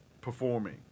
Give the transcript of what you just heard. performing